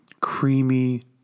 creamy